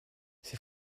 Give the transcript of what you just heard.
ses